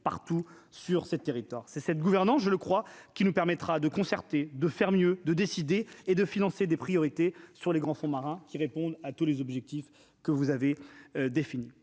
partout sur ces territoires, c'est cette gouvernance je le crois, qui nous permettra de concerter de faire mieux, de décider et de financer des priorités sur les grands fonds marins qui répondent à tous les objectifs que vous avez définie